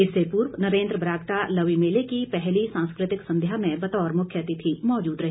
इससे पूर्व नरेंद्र बरागटा लवी मेले की पहली सांस्कृतिक संध्या में बतौर मुरव्यातिथि मौजूद रहे